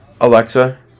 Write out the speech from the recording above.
Alexa